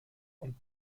und